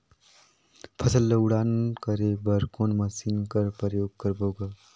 फसल ल उड़ान करे बर कोन मशीन कर प्रयोग करबो ग?